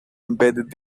embedded